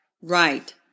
right